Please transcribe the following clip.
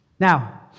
Now